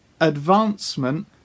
advancement